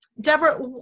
Deborah